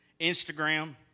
Instagram